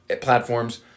platforms